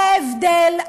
זה ההבדל.